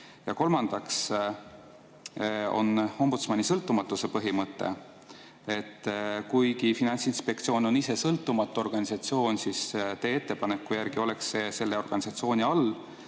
Ja kolmandaks, ombudsmani sõltumatuse põhimõte. Kuigi Finantsinspektsioon on ise sõltumatu organisatsioon, siis teie ettepaneku järgi oleks see selle organisatsiooni all.